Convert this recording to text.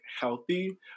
healthy